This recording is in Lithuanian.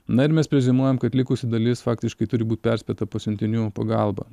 na ir mes preziumuojam kad likusi dalis faktiškai turi būt perspėta pasiuntinių pagalba